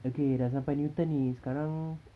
okay dah sampai newton ni sekarang